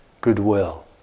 goodwill